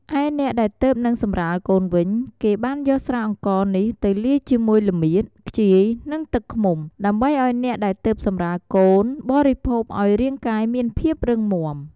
ឯអ្នកដែលទើបនិងសម្រាលកូនវិញ គេបានយកស្រាអង្ករនេះទៅលាយជាមួយល្មៀត ខ្ជាយ និងទឹកឃ្មុំ ដើម្បីឲ្យអ្នកដែលទើបសម្រាលកូនបរិភោគឲ្យរាងកាយមានភាពរឹងមាំ។